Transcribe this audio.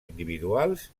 individuals